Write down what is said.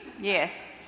yes